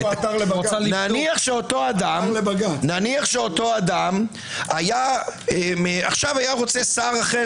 נניח שאותו אדם היה רוצה שר אחר,